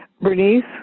Bernice